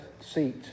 seat